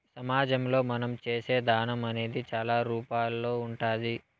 సమాజంలో మనం చేసే దానం అనేది చాలా రూపాల్లో ఉంటాది